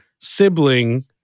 sibling